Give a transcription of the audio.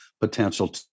potential